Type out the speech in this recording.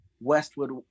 Westwood